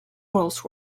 rolls